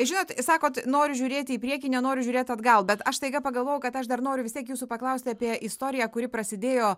žinot sakot noriu žiūrėti į priekį nenoriu žiūrėt atgal bet aš staiga pagalvojau kad aš dar noriu vis tiek jūsų paklausti apie istoriją kuri prasidėjo